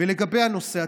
ולגבי הנושא עצמו,